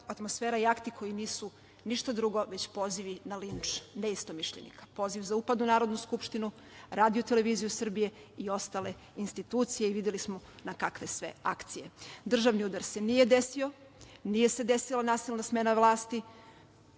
atmosfera i akti koji nisu ništa drugo, već pozivi na linč neistomišljenika, poziv za upad u Narodnu skupštinu, Radio-televiziju Srbije i ostale institucije i videli smo na kakve sve akcije. Državni udar se nije desio, nije se desila nasilna smena vlasti,